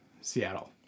Seattle